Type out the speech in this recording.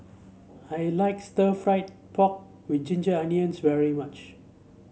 I like stir fry pork with Ginger Onions very much